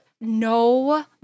no